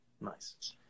Nice